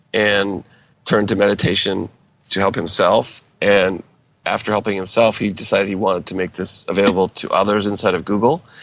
and turned to meditation to help himself, and after helping himself he decided he wanted to make this available to others inside of google.